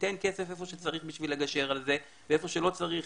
ניתן כסף איפה שצריך בשביל לגשר על זה ואיפה שלא צריך